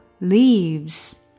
leaves